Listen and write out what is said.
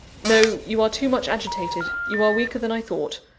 no you are too much agitated you are weaker than i thought.